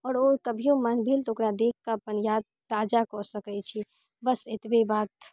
आओर ओ कभियो मन भेल तऽ ओकरा देखकऽ अपन याद ताजाकऽ सकै छी बस एतबे बात